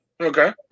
Okay